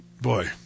Boy